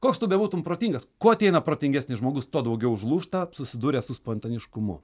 koks tu bebūtum protingas kuo ateina protingesnis žmogus tuo daugiau užlūžta susidūręs su spontaniškumu